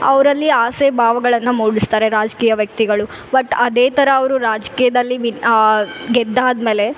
ಅವರಲ್ಲಿ ಆಸೆ ಭಾವಗಳನ್ನ ಮೂಡಿಸ್ತಾರೆ ರಾಜಕೀಯ ವ್ಯಕ್ತಿಗಳು ಬಟ್ ಅದೇ ಥರ ಅವರು ರಾಜಕೀಯದಲ್ಲಿ ವಿನ್ ಗೆದ್ದಾದಮೇಲೆ